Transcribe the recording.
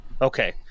okay